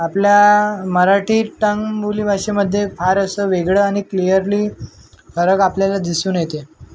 आपल्या मराठी टंग बोली भाषेमध्ये फार असं वेगळं आणि क्लीअरली फरक आपल्याला दिसून येते